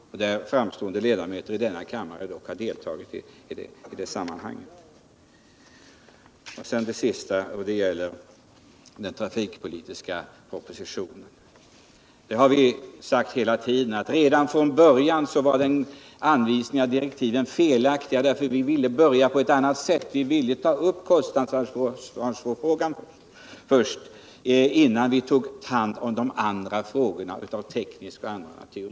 Framstående ledamöter av denna kammare har dock deltagit i det här sammanhanget. Till sist något om den trafikpolitiska propositionen. Som vi framhållit var direktiven redan från början felaktiga. För vår del ville vi börja på ett annat sätt. Vi ville ta upp kostnadsansvarsfrågan först, innan vi behandlade de andra frågorna av teknisk och annan natur.